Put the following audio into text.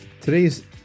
Today's